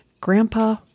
Grandpa